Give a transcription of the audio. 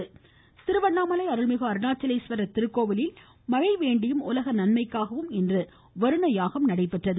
திருவண்ணாமலை திருவண்ணாமலை அருள்மிகு அருணாச்சலேஸ்வரர் திருக்கோவிலில் மழை வேண்டியும் உலக நன்மைக்காவும் இன்று வருண யாகம் நடைபெற்றது